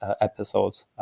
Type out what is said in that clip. episodes